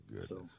goodness